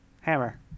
Hammer